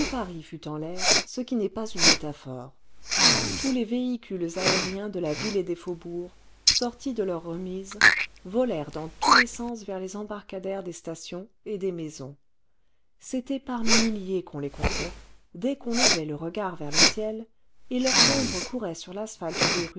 paris fut en l'air ce qui n'est pas une métaphore tous les véhicules aériens de la ville et des faubourgs sortis de leurs remises volèrent dans tous les sens vers les embarcadères des stations et des maisons c'était par milliers qu'on les comptait dès qu'on levait le regard vers le ciel et leurs ombres couraient sur l'asphalte des